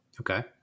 Okay